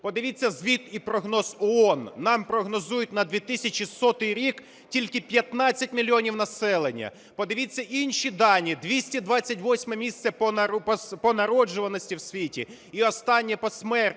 Подивіться, звіт і прогноз ООН: нам прогнозують на 2100 рік тільки 15 мільйонів населення. Подивіться інші дані: 228-е місце по народжуваності в світі і останнє по смертності,